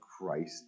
Christ